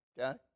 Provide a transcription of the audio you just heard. Okay